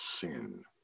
sin